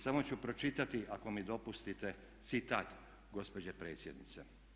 Samo ću pročitati ako mi dopustite citat gospođe predsjednice.